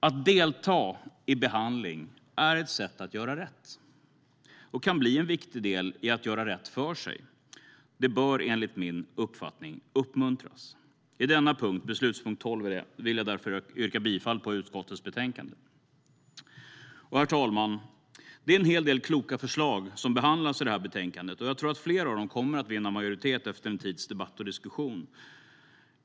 Att delta i behandling är ett sätt att göra rätt och kan bli en viktig del i att göra rätt för sig. Det bör enligt min uppfattning uppmuntras. I denna punkt vill jag därför yrka bifall till utskottets förslag. Herr talman! Det är en hel del kloka förslag som behandlas i detta betänkande, och jag tror att flera av dem kommer att vinna majoritet efter en tids debatt och diskussion.